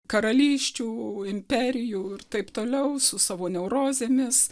karalysčių imperijų ir taip toliau su savo neurozėmis